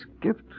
gift